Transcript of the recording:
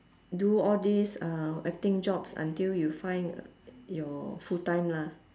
do all these uh acting jobs until you find your full time lah